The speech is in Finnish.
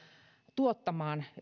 tuottamaan